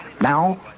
Now